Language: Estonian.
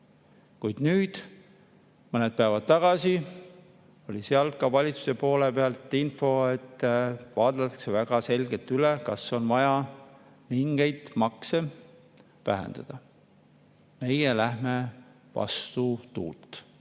Nüüd mõned päevad tagasi tuli seal valitsuse poolt info, et vaadatakse väga selgelt üle, kas on vaja mingeid makse vähendada. Meie läheme vastutuult,